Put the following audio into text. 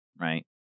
right